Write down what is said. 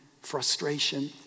frustration